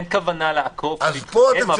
זה מגיע לאותו מקום.